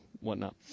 whatnot